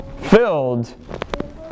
filled